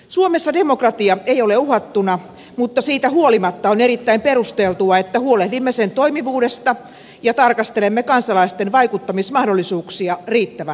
suomessa demokratia ei ole uhattuna mutta siitä huolimatta on erittäin perusteltua että huolehdimme sen toimivuudesta ja tarkastelemme kansalaisten vaikuttamismahdollisuuksia riittävän usein